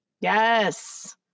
yes